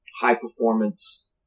high-performance